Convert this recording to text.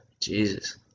Jesus